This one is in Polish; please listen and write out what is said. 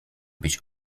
być